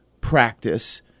practice